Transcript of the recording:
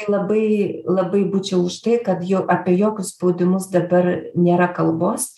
labai labai būčiau už tai kad jau apie jokius spaudimus dabar nėra kalbos